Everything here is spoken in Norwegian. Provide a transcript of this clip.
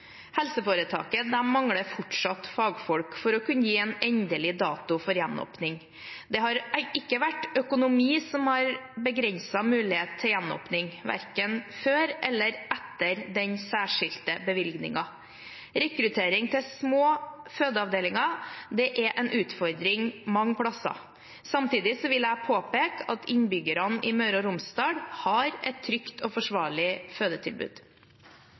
kunne gi en endelig dato for gjenåpning. Det har ikke vært økonomi som har begrenset mulighet til gjenåpning, verken før eller etter den særskilte bevilgningen. Rekruttering til små fødeavdelinger er en utfordring mange steder. Samtidig vil jeg påpeke at innbyggerne i Møre og Romsdal har et trygt og forsvarlig fødetilbud.